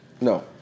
No